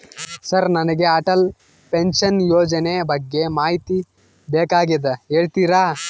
Sir ನನಗೆ Atal pension ಯೋಜನೆ ಬಗ್ಗೆ ಮಾಹಿತಿ ಬೇಕಾಗ್ಯದ ಹೇಳ್ತೇರಾ?